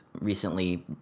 recently